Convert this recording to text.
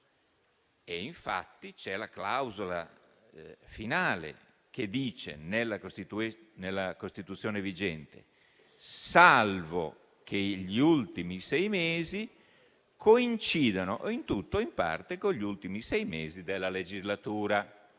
E infatti, c'è la clausola finale nella Costituzione vigente che recita «salvo che gli ultimi sei mesi coincidano in tutto o in parte con gli ultimi sei mesi della legislatura».